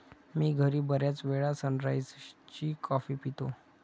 मी घरी बर्याचवेळा सनराइज ची कॉफी पितो